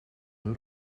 hun